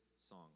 song